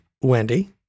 wendy